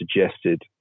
suggested